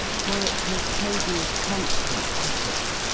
for it was toby's constant topic.